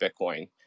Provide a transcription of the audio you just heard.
Bitcoin